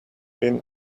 been